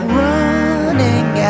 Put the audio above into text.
running